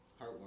Heartwarming